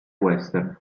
western